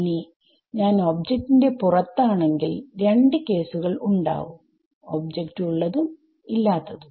ഇനി ഞാൻ ഒബ്ജക്റ്റ് ന്റെ പുറത്താണെങ്കിൽ രണ്ട് കേസുകൾ ഉണ്ടാവും ഒബ്ജക്റ്റ് ഉള്ളതും ഇല്ലാത്തതും